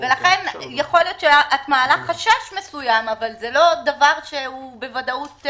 לכן יכול להיות שאת מעלה חשש מסוים אבל זה לא דבר שיתממש בוודאות.